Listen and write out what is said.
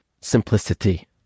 simplicity